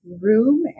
room